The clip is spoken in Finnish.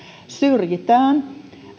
syrjitään